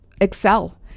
excel